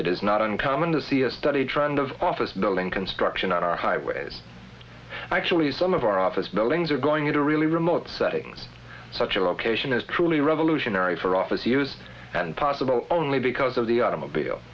it is not uncommon to see a study trend of office building construction on our highways actually some of our office buildings are going to really remote settings such a location is truly revolutionary for office use and possible only because of the automobile